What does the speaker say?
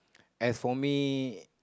as for me